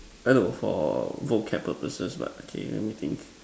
I no for vocab purposes but okay let me think